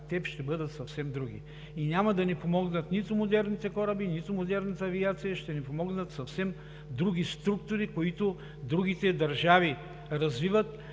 Те ще бъдат съвсем други и няма да ни помогнат нито модерните кораби, нито модерната авиация. Ще ни помогнат съвсем други структури, които другите държави развиват,